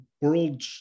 world